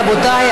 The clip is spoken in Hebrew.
רבותיי,